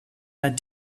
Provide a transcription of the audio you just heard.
that